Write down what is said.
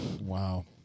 Wow